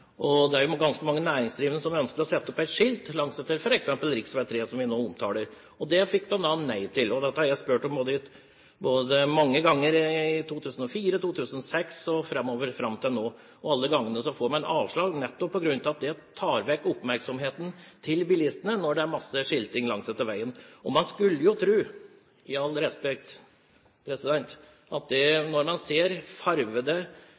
Det er jo ganske mange næringsdrivende som ønsker å sette opp skilt langsetter f.eks. rv. 3, som vi nå omtaler, og det fikk de nei til. Dette har jeg spurt om mange ganger – både i 2004, 2006 og framover, fram til nå – og alle gangene har det vist seg at man får avslag, nettopp på grunn av at en masse skilting langsetter veien tiltrekker seg bilistenes oppmerksomhet. Man skulle jo tro, med all respekt, at når man ser fargede elgskilt i tre som er satt opp på trærne langsetter rv. 3, har det